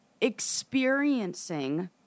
experiencing